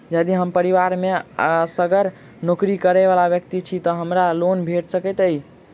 यदि हम परिवार मे असगर नौकरी करै वला व्यक्ति छी तऽ हमरा लोन भेट सकैत अछि?